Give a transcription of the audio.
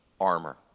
armor